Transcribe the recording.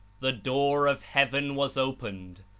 the door of heaven was opened,